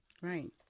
Right